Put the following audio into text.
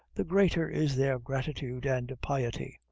the greater is their gratitude and piety.